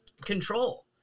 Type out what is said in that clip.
control